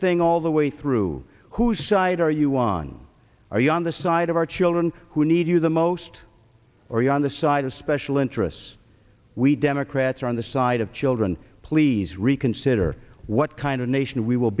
thing all the way through whose side are you on are you on the side of our children who need you the most or you're on the side of special interests we democrats are on the side of children please reconsider what kind of nation we will